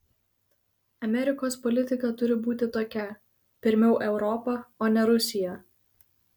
amerikos politika turi būti tokia pirmiau europa o ne rusija